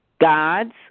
gods